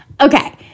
Okay